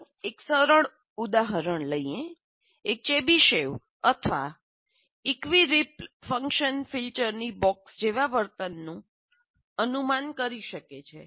ચાલો એક સરળ ઉદાહરણ લઈએ એક ચેબિશેવ અથવા ઇક્વિ રિપ્લ ફંક્શન ફિલ્ટરની બોક્સ જેવાં વર્તનનું અનુમાન કરી શકે છે